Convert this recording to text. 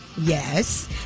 Yes